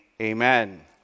amen